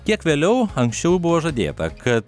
kiek vėliau anksčiau buvo žadėta kad